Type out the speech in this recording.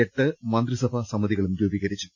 എട്ട് മന്ത്രിസഭാ സമിതികളും രൂപീകരിച്ചു